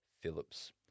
Phillips